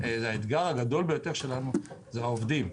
זה האתגר הגדול ביותר שלנו, זה העובדים.